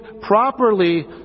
properly